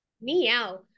Meow